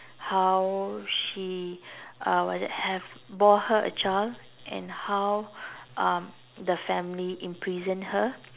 how she uh what's that have bore her a child and how um the family imprisoned her